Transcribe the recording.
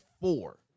four